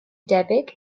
debyg